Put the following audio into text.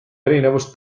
erinevus